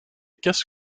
casse